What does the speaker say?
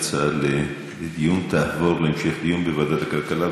ההצעה לדיון תעבור להמשך דיון בוועדת הכלכלה.